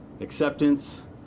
acceptance